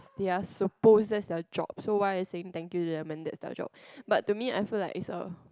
they are suppose that's their job so why are you saying thank you to them when that's their job but to me I feel like it's a